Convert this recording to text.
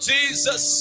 Jesus